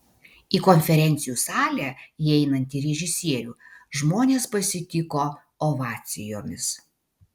į konferencijų salę įeinantį režisierių žmonės pasitiko ovacijomis